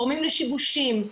גורמים לשיבושים,